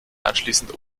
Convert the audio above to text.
anschließend